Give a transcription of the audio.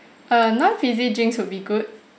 err non fizzy drinks would be good